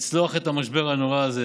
לצלוח את המשבר הנורא הזה,